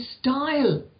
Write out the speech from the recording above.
style